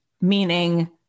meaning